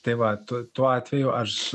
tai va tu tuo atveju aš